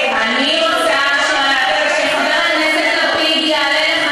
אני רוצה שעכשיו חבר הכנסת לפיד יעלה לכאן